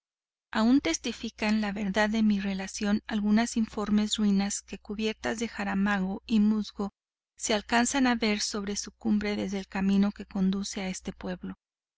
aún testifican la verdad de mi relación algunas informes ruinas que cubiertas de jaramago y musgo se alcanzan a ver sobre su cumbre desde el camino que conduce a este pueblo